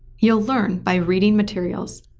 you'll learn by reading materials,